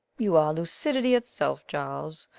you are lucidity itself, charles.